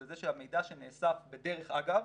זה זה שהמידע שנאסף בדרך אגב